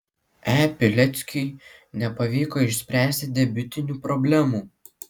e pileckiui nepavyko išspręsti debiutinių problemų